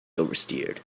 oversteered